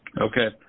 Okay